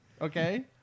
Okay